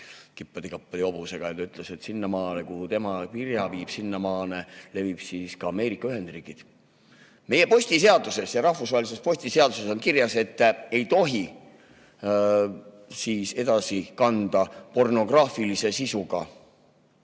kippadi-kappadi, hobusega, ja ütles, et sinnamaale, kuhu tema kirja viib, [ulatuvad] ka Ameerika Ühendriigid. Meie postiseaduses ja rahvusvahelises postiseaduses on kirjas, et ei tohi edasi kanda pornograafilise sisuga